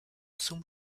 zum